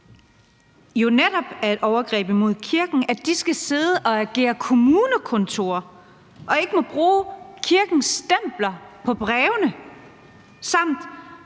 her, er et overgreb mod kirken, fordi de skal sidde og agere kommunekontor og ikke må bruge kirkens stempler på brevene, samt